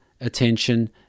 attention